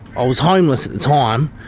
i was homeless at the time.